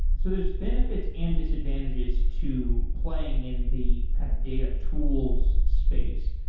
so there's benefit and disadvantages to playing in the kind of data tools space.